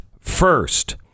first